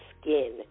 skin